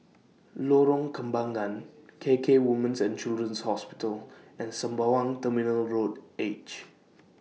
Lorong Kembangan K K Woman's and Children's Hospital and Sembawang Terminal Road H